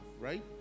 right